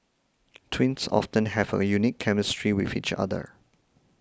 twins often have a unique chemistry with each other